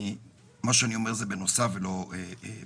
מה שאני אומר זה בנוסף ולא במקום.